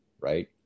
right